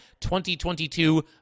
2022